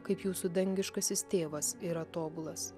kaip jūsų dangiškasis tėvas yra tobulas